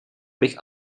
bych